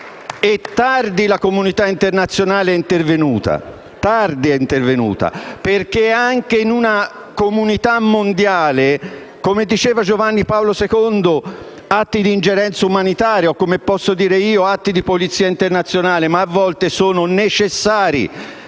E tardi la comunità internazionale è intervenuta, perché anche in una comunità mondiale, come diceva Giovanni Paolo II, atti di ingerenza umanitaria o, come posso dire io, atti di polizia internazionale a volte sono necessari.